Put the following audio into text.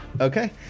Okay